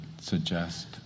suggest